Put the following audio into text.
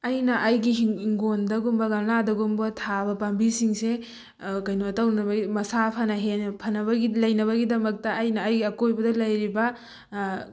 ꯑꯩꯅ ꯑꯩꯒꯤ ꯍꯤꯡꯒꯣꯟꯗꯒꯨꯝꯕ ꯒꯝꯂꯥꯗꯒꯨꯝꯕ ꯊꯥꯕ ꯄꯥꯝꯕꯤꯁꯤꯡꯁꯦ ꯀꯩꯅꯣ ꯇꯧꯅꯕꯒꯤ ꯃꯁꯥ ꯐꯅ ꯍꯦꯟꯅ ꯐꯟꯅꯕꯒꯤ ꯂꯩꯅꯕꯒꯤꯗꯃꯛꯇ ꯑꯩꯅ ꯑꯩꯒꯤ ꯑꯀꯣꯏꯕꯗ ꯂꯩꯔꯤꯕ